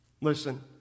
Listen